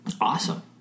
Awesome